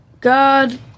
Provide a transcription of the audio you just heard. god